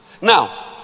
Now